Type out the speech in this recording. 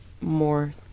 more